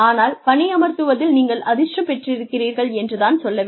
ஆனால் பணியமர்த்துவதில் நீங்கள் அதிர்ஷ்டம் பெற்றிருக்கிறீர்கள் என்று தான் சொல்ல வேண்டும்